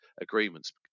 agreements